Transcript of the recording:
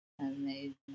Amazing